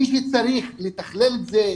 מי שצריך לתכלל את זה,